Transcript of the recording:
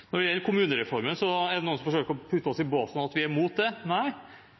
Når det gjelder kommunereformen, er det noen som forsøker å putte oss i den båsen at vi er imot det. Nei,